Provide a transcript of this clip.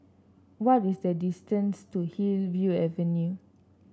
what is the distance to Hillview Avenue